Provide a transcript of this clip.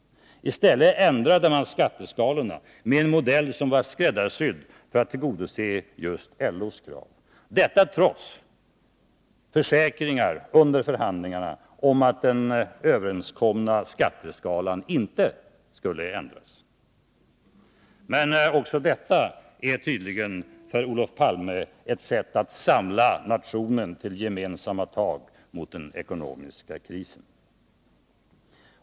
I stället ändrade man skatteskalorna med en modell som var skräddarsydd för att tillgodose just LO:s krav, detta trots försäkringar under förhandlingarna om att den överenskomna skatteskalan inte skulle ändras. Men också detta är tydligen för Olof Palme ett sätt att samla nationen till gemensamma tag mot den ekonomiska krisen.